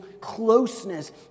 closeness